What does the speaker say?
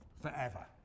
forever